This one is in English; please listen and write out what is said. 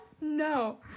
No